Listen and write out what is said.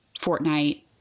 Fortnite